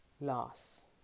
loss